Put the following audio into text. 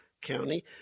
County